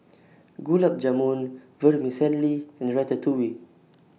Gulab Jamun Vermicelli and Ratatouille